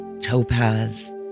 topaz